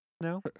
No